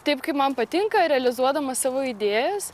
taip kaip man patinka realizuodama savo idėjas